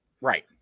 Right